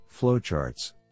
flowcharts